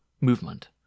movement